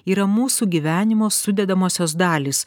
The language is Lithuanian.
yra mūsų gyvenimo sudedamosios dalys